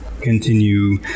continue